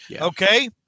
Okay